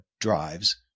drives